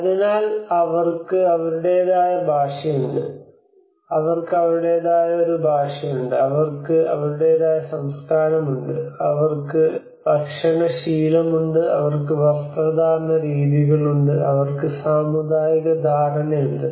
അതിനാൽ അവർക്ക് അവരുടേതായ ഭാഷയുണ്ട് അവർക്ക് അവരുടേതായ ഒരു ഭാഷയുണ്ട് അവർക്ക് അവരുടെതായ സംസ്കാരമുണ്ട് അവർക്ക് ഭക്ഷണശീലമുണ്ട് അവർക്ക് വസ്ത്രധാരണരീതികളുണ്ട് അവർക്ക് സാമുദായിക ധാരണയുണ്ട്